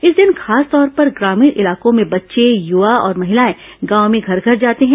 इस दिन खासतौर पर ग्रामीण इलाको में बच्चे युवा और महिलाए गांव में घर घर जाते हैं